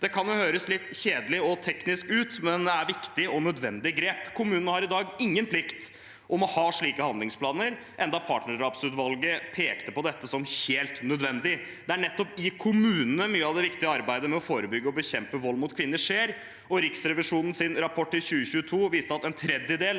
Det kan høres litt kjedelig og teknisk ut, men det er et viktig og nødvendig grep. Kommunene har i dag ingen plikt til å ha slike handlingsplaner, enda partnerdrapsutvalget pekte på dette som helt nødvendig. Det er nettopp i kommunene mye av det viktige arbeidet med å forebygge og bekjempe vold mot kvinner skjer, og Riksrevisjonens rapport i 2022 viste at en tredjedel